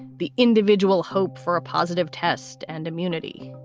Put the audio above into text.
the individual hope for a positive test. and immunity.